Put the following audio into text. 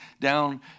down